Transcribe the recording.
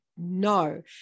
no